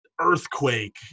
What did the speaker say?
Earthquake